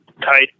tight